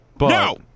No